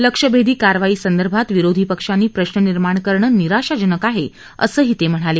लक्ष्य भेदी कारवाईसंदर्भात विरोधी पक्षांनी प्रश्न निर्माण करणं निराशाजनक आहे असंही ते म्हणाले